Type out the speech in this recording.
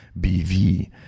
BV